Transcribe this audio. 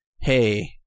hey